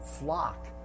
flock